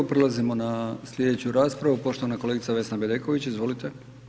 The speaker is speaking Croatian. Prelazimo na slijedeću raspravu, poštovana kolegica Vesna Bedeković, izvolite.